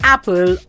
Apple